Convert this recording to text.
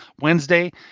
Wednesday